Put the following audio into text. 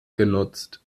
genutzt